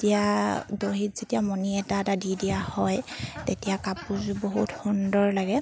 তেতিয়া দহিত যেতিয়া মণি এটা এটা দি দিয়া হয় তেতিয়া কাপোৰযোৰ বহুত সুন্দৰ লাগে